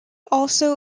also